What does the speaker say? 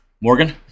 morgan